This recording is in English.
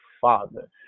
father